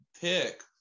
pick